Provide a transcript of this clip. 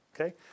Okay